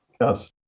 yes